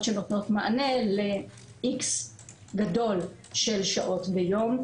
שנותנות מענה לאיקס גדול של שעות ביום,